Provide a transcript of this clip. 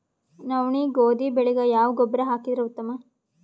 ನವನಿ, ಗೋಧಿ ಬೆಳಿಗ ಯಾವ ಗೊಬ್ಬರ ಹಾಕಿದರ ಉತ್ತಮ?